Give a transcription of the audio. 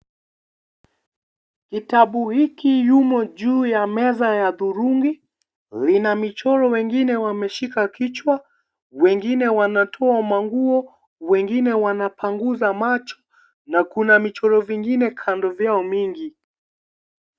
Kitabu hiki yumo juu ya meza ya dhurungi. Vina michoro wengine wameshika kichwa, wengine wanatoa manguo, wengine wanapanguza macho na kuna michoro vingine kando vyao mingi.